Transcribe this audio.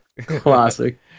Classic